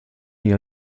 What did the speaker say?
nie